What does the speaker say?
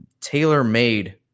tailor-made